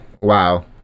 Wow